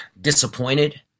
disappointed